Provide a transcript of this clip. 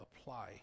apply